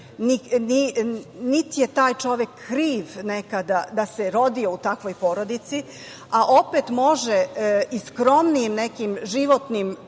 niti je taj čovek kriv nekada da se rodi u takvoj porodici, a opet može i skromnijim nekim životnim